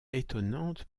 étonnante